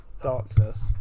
darkness